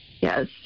Yes